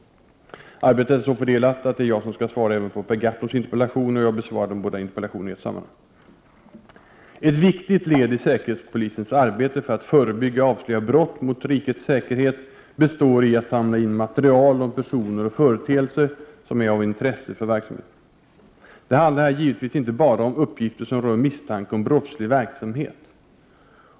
Arbetet inom regeringen är fördelat så, att det är jag som skall svara även på Per Gahrtons interpellation. Jag besvarar de båda interpellationerna i ett sammanhang. Ett viktigt led i säkerhetspolisens arbete för att förebygga och avslöja brott mot rikets säkerhet består i att samla in material om personer och företeelser som är av intresse för verksamheten. Det handlar här givetvis inte bara om uppgifter som rör misstanke om brottslig verksamhet.